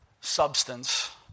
substance